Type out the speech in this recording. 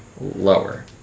lower